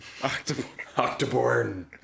Octoborn